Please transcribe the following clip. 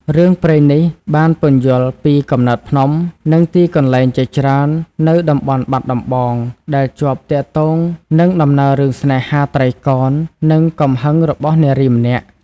រឿងព្រេងនេះបានពន្យល់ពីកំណើតភ្នំ និងទីកន្លែងជាច្រើននៅតំបន់បាត់ដំបង ដែលជាប់ទាក់ទងនឹងដំណើររឿងស្នេហាត្រីកោណ និងកំហឹងរបស់នារីម្នាក់។